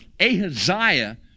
Ahaziah